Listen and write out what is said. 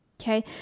Okay